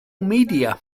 media